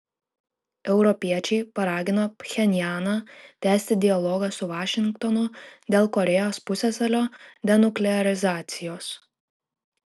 europiečiai paragino pchenjaną tęsti dialogą su vašingtonu dėl korėjos pusiasalio denuklearizacijos